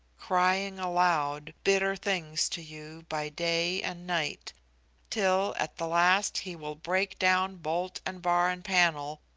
crying aloud bitter things to you by day and night till at the last he will break down bolt and bar and panel,